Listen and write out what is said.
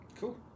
cool